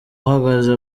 uhagaze